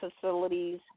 facilities